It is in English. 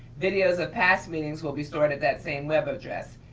videos of past meetings will be stored at that same web address.